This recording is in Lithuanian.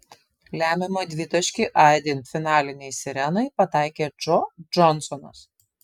lemiamą dvitaškį aidint finalinei sirenai pataikė džo džonsonas